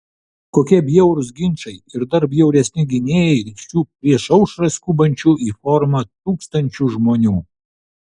kokie bjaurūs ginčai ir dar bjauresni gynėjai šių prieš aušrą skubančių į forumą tūkstančių žmonių